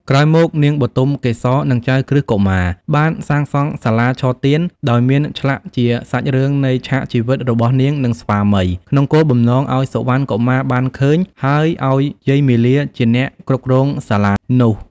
ក្រោយមក នាងបុទមកេសរ និងចៅក្រឹស្នកុមារបានសាងសង់សាលាឆទាន ដោយមានឆ្លាក់ជាសាច់រឿងនៃឆាកជីវិតរបស់នាង និងស្វាមី ក្នុងគោលបំណងឱ្យសុវណ្ណកុមារបានឃើញ ហើយឱ្យយាយមាលាជាអ្នកគ្រប់គ្រងសាលានោះ។